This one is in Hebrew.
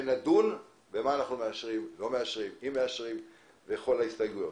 ונדון במה אנחנו מאשרים ומה לא ובכל ההסתייגויות.